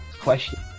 question